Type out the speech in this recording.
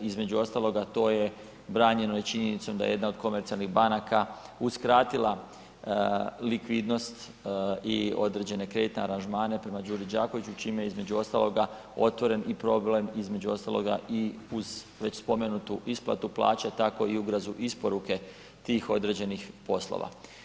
Između ostaloga a to je, branjeno je činjenicom da je jedna od komercijalnih banaka uskratila likvidnost i određene kreditne aranžmane prema Đuri Đakoviću čime je između ostaloga otvoren i problem, između ostaloga i uz već spomenutu isplatu plaća tako i u ... isporuke tih određenih poslova.